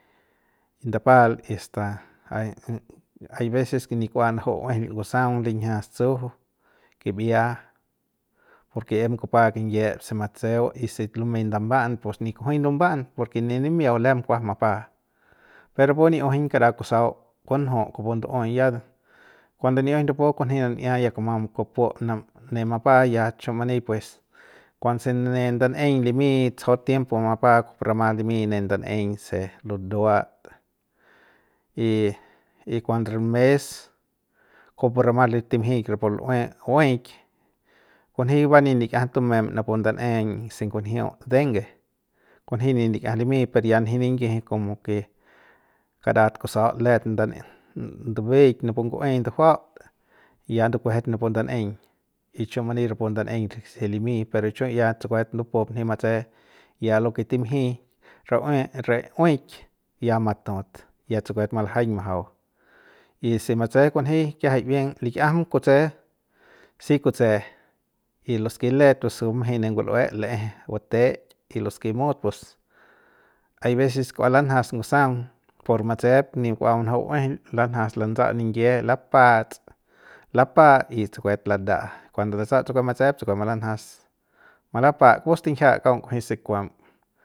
Ndapal y asta hay veces ni kua naju'u uejeil ngusaung linjias tsuju kibia porke em kupa kinyiep se matseu y se lumey nda'ba'an pus nin kujuy lumba'an porke ne nimiau lem kuas mapa per rapu ni'iujuñ kara kusau kunju kupu ndu'uey ya de kuando ni'iujuñ rapu kunji nan'ia kuma kupup nap ne mapa ya chu many pues kuanse ne ndanꞌeiñ limy tsojot tiempo mapa kujupu rama limy ne ndanꞌeiñ se luduat y y kuando mes kujupu rama li timjik rapu lue hueik kunji va nip liki'iajam tumem napu ndanꞌeiñ se ngunjiu dengue kunji nip lik'iajam limy per ya nji niyiji komo ke karat kusaut let nda ndubeik napu nguey ndujuaut y ya ndukuejet napu ndanꞌeiñ y chu many rapu ndanꞌeiñ re se limy pero chu ya tsukuet lupup nji matse ya loke timji rau uen re hueik ya matut ya tsukuet malajaiñ majau y si matse kunji kiajai bien lik'iajam kutse si kutse y los ke let pus bumjey ne ngul'ue l'eje buteik y los ke mut pus hay veces kua lanjas ngusaung por matse'ep nip kua manaju'u uejeil lanjas lantsa'au niyie lapats lapa y tsukuet lada'a y kuando latsau tsukuet matse tsukuet malanjas malapa kupu stinjia kaung kujuey se kuam.